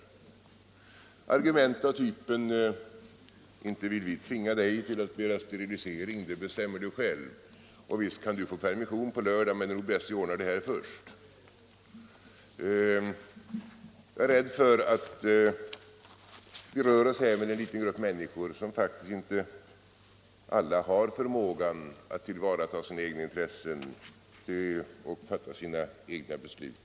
Det kan bli vanligt med argument av typen: ”Inte vill vi tvinga dig till att begära sterilisering, det bestämmer du själv.” ”Visst kan du få permission på lördag, men då är det bäst att vi ordnar det här först.” Vi rör oss här med en liten grupp människor, som faktiskt inte alla har förmågan att tillvarata sina egna intressen och fatta sina egna beslut.